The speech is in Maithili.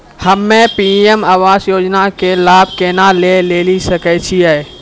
हम्मे पी.एम आवास योजना के लाभ केना लेली सकै छियै?